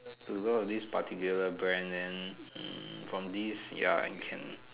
to know of this particular brand then hmm from this ya I can